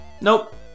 nope